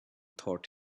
thought